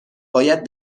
باید